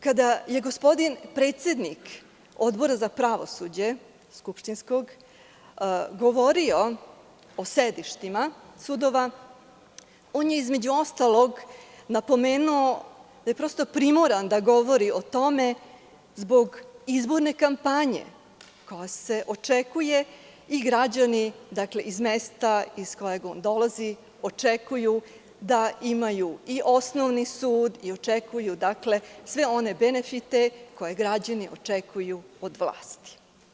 Kada je gospodin predsednik Odbora za pravosuđe, skupštinskog, govorio o sedištima sudova, on je između ostalog napomenuo da je primoran da govori o tome zbog izborne kampanje koja se očekuje, i građani iz mesta iz kog on dolazi očekuju da imaju i osnovni sud i očekuju sve one benefite koje građani očekuju od vlasti.